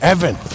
Evan